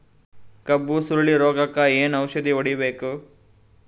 ಕಬ್ಬು ಸುರಳೀರೋಗಕ ಏನು ಔಷಧಿ ಹೋಡಿಬೇಕು?